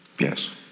Yes